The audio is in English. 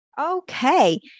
okay